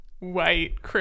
White